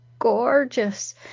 Gorgeous